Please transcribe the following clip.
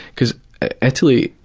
because italy is,